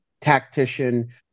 tactician